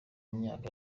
myaka